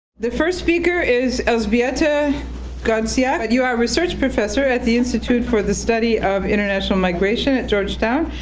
the first speaker is elzbieta gozdziak and you are research professor at the institute for the study of international migration at georgetown,